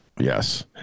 Yes